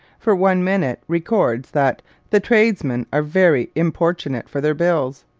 for one minute records that the tradesmen are very importunate for their bills